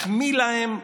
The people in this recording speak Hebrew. החמיא להם,